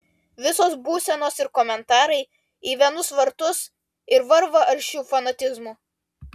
visos būsenos ir komentarai į vienus vartus ir varva aršiu fanatizmu